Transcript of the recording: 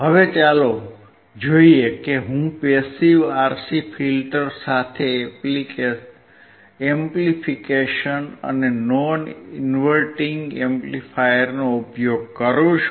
હવે ચાલો જોઈએ કે હું પેસિવ RC ફિલ્ટર સાથે એમ્પ્લીફિકેશન માટે નોન ઇન્વર્ટીંગ એમ્પ્લીફાયરનો ઉપયોગ કરું છું